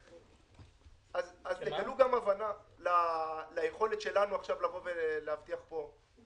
אז תגלו גם הבנה ליכולת שלנו להבטיח פה עכשיו.